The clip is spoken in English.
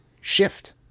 shift